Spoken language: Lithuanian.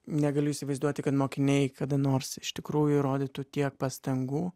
negaliu įsivaizduoti kad mokiniai kada nors iš tikrųjų įrodytų tiek pastangų